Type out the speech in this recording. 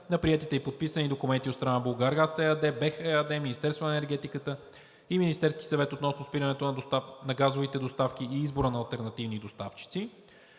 на приетите и подписани документи от страна на „Булгаргаз“ ЕАД, БЕХ ЕАД, Министерство на енергетиката и Министерския съвет относно спирането на газовите доставки и избора на алтернативни доставчици.